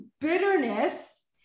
bitterness